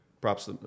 props